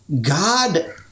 God